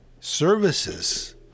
services